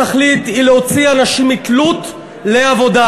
התכלית היא להוציא אנשים מתלות לעבודה.